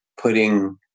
putting